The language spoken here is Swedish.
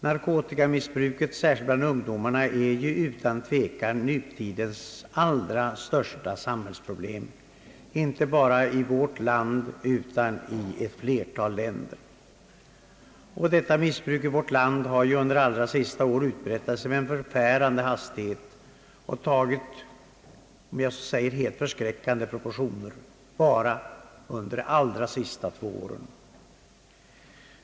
Narkotikamissbruket, särskilt bland ungdomarna, är ju utan tvekan nutidens allra största samhällsproblem, inte bara i vårt land utan i ett flertal länder. Detta missbruk har i vårt land utbrett sig med en förfärande hastighet och har tagit helt förskräckande proportioner under de allra senaste två åren.